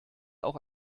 auch